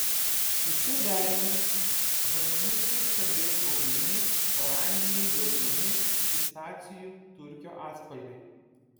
su šiuo deriniu harmoningai skambės raudoni oranžiniai geltoni pistacijų turkio atspalviai